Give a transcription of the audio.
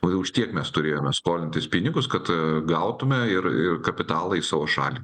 o už tiek mes turėjome skolintis pinigus kad gautume ir ir kapitalą į savo šalį